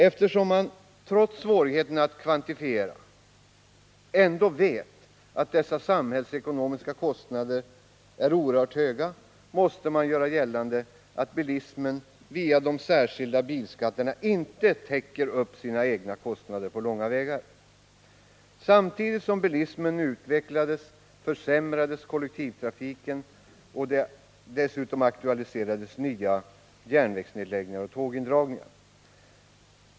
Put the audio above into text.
Eftersom man, trots svårigheten att kvantifiera, ändå vet att dessa samhällsekonomiska kostnader är oerhört höga, måste det göras gällande att bilismen via de särskilda bilskatterna inte på långa vägar täcker sina egna kostnader. Samtidigt som bilismen utvecklades försämrades kollektivtrafiken, och dessutom aktualiserades nya järnvägsnedläggningar och tågindragningar.